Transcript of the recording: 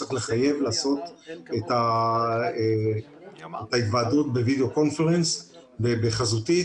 צריך לחייב לעשות את ההתוועדות בווידאו קונפרנס ובחזותי.